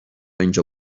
اینجا